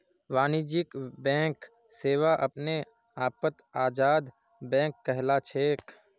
वाणिज्यिक बैंक सेवा अपने आपत आजाद बैंक कहलाछेक